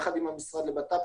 יחד עם המשרד לביטחון הפנים,